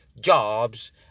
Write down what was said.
jobs